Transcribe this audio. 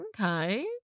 Okay